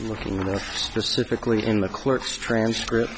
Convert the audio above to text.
looking specifically in the clerk's transcript